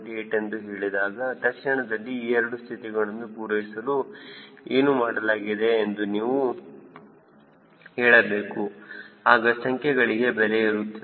8 ಎಂದು ಹೇಳಿದಾಗ ತಕ್ಷಣದಲ್ಲಿ ಈ ಎರಡು ಸ್ಥಿತಿಗಳನ್ನು ಪೂರೈಸಲು ಏನು ಮಾಡಲಾಗಿದೆ ಎಂದು ನೀವು ಹೇಳಬೇಕು ಆಗ ಸಂಖ್ಯೆಗಳಿಗೆ ಬೆಲೆ ಇರುತ್ತದೆ